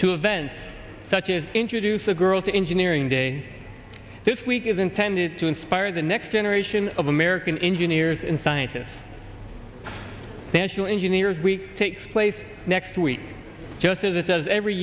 to events such as introduce a girl to engineering day this week is intended to inspire the next generation of american engineers and scientists national engineers week takes place next week just as it does every